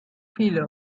viele